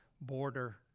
border